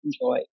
enjoy